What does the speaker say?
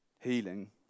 Healing